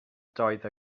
doedd